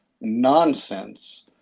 nonsense